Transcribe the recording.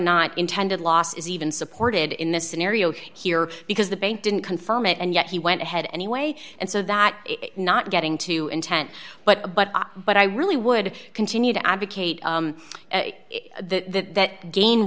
not intended loss is even supported in this scenario here because the bank didn't confirm it and yet he went ahead anyway and so that is not getting to intent but but but i really would continue to advocate that again